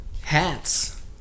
Hats